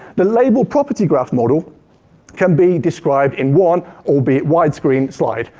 the label property graph model can be described in one, albeit widescreen, slide.